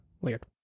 Weird